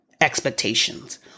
expectations